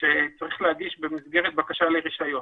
שצריך להגיש במסגרת בקשה לרישיון.